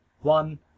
one